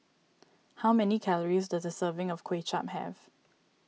how many calories does a serving of Kuay Chap have